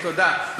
תודה.